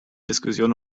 diskussion